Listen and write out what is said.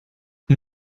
wie